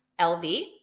LV